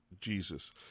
Jesus